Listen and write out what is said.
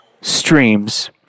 streams